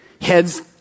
Heads